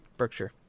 Berkshire